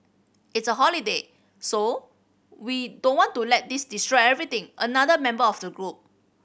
it's a holiday so we don't want to let this destroy everything another member of the group